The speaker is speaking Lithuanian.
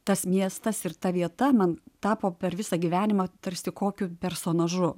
tas miestas ir ta vieta man tapo per visą gyvenimą tarsi kokiu personažu